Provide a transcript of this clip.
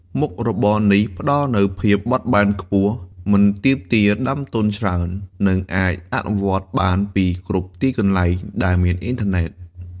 មុខរបរនេះផ្ដល់នូវភាពបត់បែនខ្ពស់ មិនទាមទារដើមទុនច្រើន និងអាចអនុវត្តបានពីគ្រប់ទីកន្លែងដែលមានអ៊ីនធឺណេត។